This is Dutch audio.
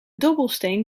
dobbelsteen